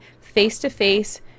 face-to-face